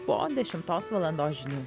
po dešimtos valandos žinių